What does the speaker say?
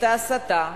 את ההסתה,